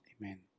Amen